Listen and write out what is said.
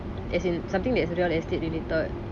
as in something that is real estate related